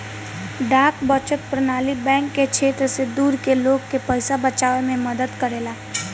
डाक बचत प्रणाली बैंक के क्षेत्र से दूर के लोग के पइसा बचावे में मदद करेला